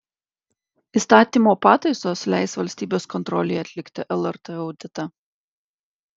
įstatymo pataisos leis valstybės kontrolei atlikti lrt auditą